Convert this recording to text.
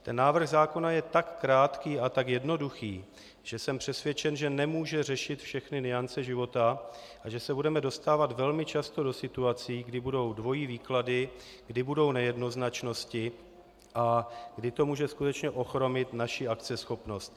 Ten návrh zákona je tak krátký a tak jednoduchý, že jsem přesvědčen, že nemůže řešit všechny nuance života a že se budeme dostávat velmi často do situací, kdy budou dvojí výklady, kdy budou nejednoznačnosti a kdy to může skutečně ochromit naši akceschopnost.